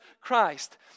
Christ